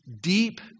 deep